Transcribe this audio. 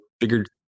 figured